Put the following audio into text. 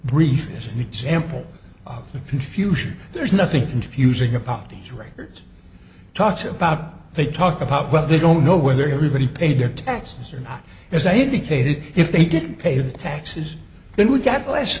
brief as an example of the confusion there's nothing confusing about his records talks about they talk about what they don't know whether everybody paid their taxes or not as a dictated if they didn't pay the taxes then we got less